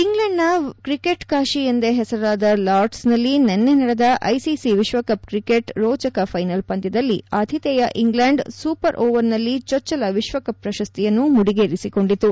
ಇಂಗ್ಲೆಂಡ್ನ cricket Kashi ಎಂದೇ ಹೆಸರಾದ ಲಾರ್ಡ್ಸ್ನಲ್ಲಿ ನಿನ್ನೆ ನಡೆದ ಐಸಿಸಿ ವಿಶ್ವಕಪ್ ಕ್ರಿಕೆಟ್ ರೋಚಕ ಫೈನಲ್ ಪಂದ್ಲದಲ್ಲಿ ಆತಿಥೇಯ ಇಂಗ್ಲೆಂಡ್ ಸೂಪರ್ ಓವರ್ನಲ್ಲಿ ಚೊಚ್ಲಲ ವಿಶ್ವಕಪ್ ಪ್ರಶಸ್ತಿಯನ್ನು ಮುಡಿಗೇರಿಸಿಕೊಂಡಿತು